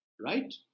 right